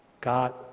God